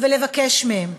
ולבקש מהם,